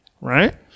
right